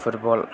football